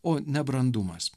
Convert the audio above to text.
o nebrandumas